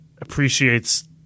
appreciates